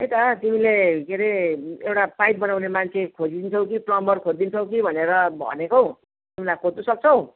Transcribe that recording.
त्यही त तिमीले के अरे एउटा पाइप बनाउने मान्छे खोजिदिन्छौ कि प्लम्बर खोजिदिन्छौ कि भनेर भनेको हौ तिमीलाई खोज्नु सक्छौ